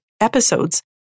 episodes